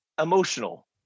emotional